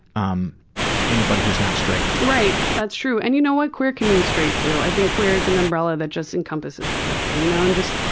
um anybody who's not straight. right, that's true and you know what queer can mean straight too. i think that queer is an umbrella that just encompasses everything. you know and just,